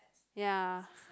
ya